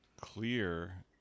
clear